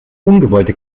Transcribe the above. ungewollte